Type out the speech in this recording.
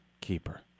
keeper